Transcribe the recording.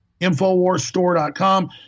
Infowarsstore.com